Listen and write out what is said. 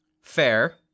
Fair